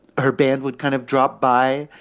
her band would kind of drop by.